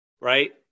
right